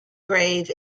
grave